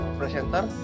presenter